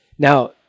Now